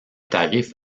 tarif